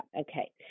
Okay